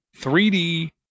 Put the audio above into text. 3D